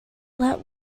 let